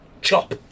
chop